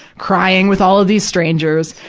crying with all of these strangers.